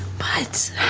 but